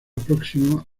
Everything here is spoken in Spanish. próxima